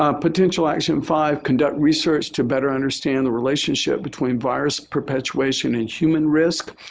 ah potential action five, conduct research to better understand the relationship between virus perpetuation and human risk.